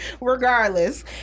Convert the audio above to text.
regardless